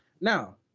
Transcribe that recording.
Now